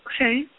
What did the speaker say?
Okay